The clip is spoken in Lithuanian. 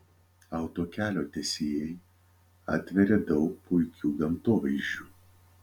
autokelio tiesėjai atvėrė daug puikių gamtovaizdžių